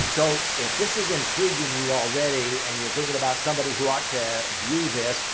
so, if this is intriguing you already and you're thinking about somebody who ought to view this,